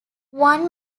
one